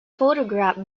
photographed